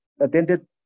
attended